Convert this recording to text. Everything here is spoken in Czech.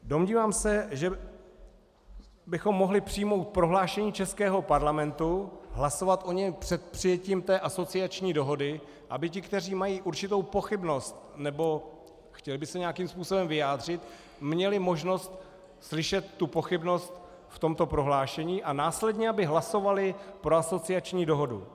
Domnívám se, že bychom mohli přijmout prohlášení českého parlamentu, hlasovat o něm před přijetím té asociační dohody, aby ti, kteří mají určitou pochybnost nebo chtěli by se nějakým způsobem vyjádřit, měli možnost slyšet tu pochybnost v tomto prohlášení a následně aby hlasovali pro asociační dohodu.